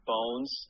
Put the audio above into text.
Bones